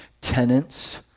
tenants